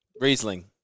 Riesling